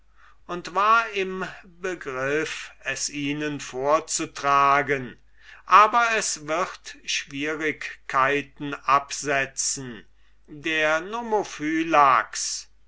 und war im begriff es ihnen vorzutragen aber es wird schwierigkeiten absetzen der